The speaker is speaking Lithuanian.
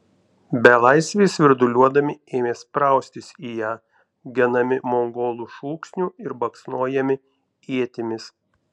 belaisviai svirduliuodami ėmė spraustis į ją genami mongolų šūksnių ir baksnojami ietimis